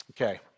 Okay